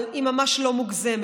אבל היא ממש לא מוגזמת.